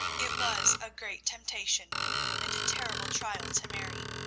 it was a great temptation and a terrible trial to mary.